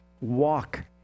walk